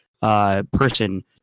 Person